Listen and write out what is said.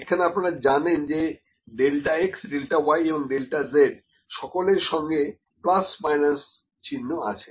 এখানে আপনারা জানেন যে ডেল্টা x ডেল্টা y এবং ডেল্টা z সকলের সঙ্গে প্লাস মাইনাস চিহ্ন আছে